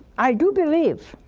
i do believe